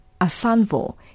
Asanvo